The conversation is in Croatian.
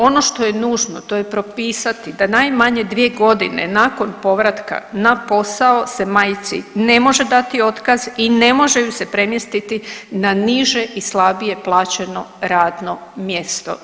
Ono što je nužno to je propisati da najmanje 2.g. nakon povratka na posao se majci ne može dati otkaz i ne može ju se premjestiti na niže i slabije plaćeno radno mjesto.